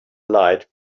night